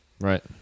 right